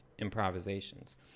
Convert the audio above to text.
improvisations